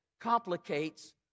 complicates